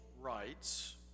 rights